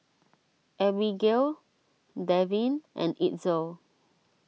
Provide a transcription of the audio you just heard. Abigale Davin and Itzel